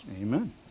Amen